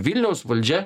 vilniaus valdžia